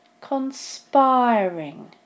Conspiring